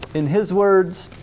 in his words,